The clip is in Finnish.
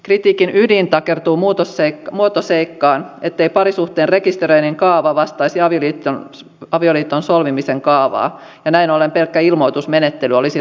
kritiikin ydin takertuu muotoseikkaan ettei parisuhteen rekisteröinnin kaava vastaisi avioliiton solmimisen kaavaa ja näin ollen pelkkä ilmoitusmenettely olisi riittämätön